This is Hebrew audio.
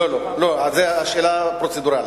לא לא, שאלה פרוצדורלית.